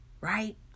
Right